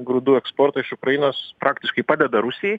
grūdų eksportą iš ukrainos praktiškai padeda rusijai